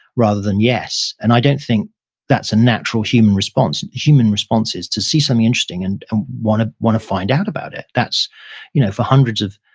rather than, yes. and i don't think that's a natural human response. human response is to see something interesting and want to want to find out about it. that's you know for hundreds of